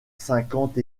cinquante